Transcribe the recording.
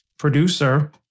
producer